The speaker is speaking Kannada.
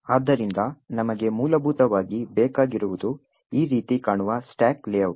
ಆದ್ದರಿಂದ ನಮಗೆ ಮೂಲಭೂತವಾಗಿ ಬೇಕಾಗಿರುವುದು ಈ ರೀತಿ ಕಾಣುವ ಸ್ಟಾಕ್ ಲೇಔಟ್